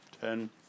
ten